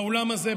באולם הזה,